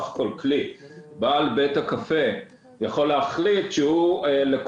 בעל בית הקפה יכול להחליט שהוא נותן